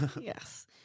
Yes